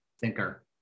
thinker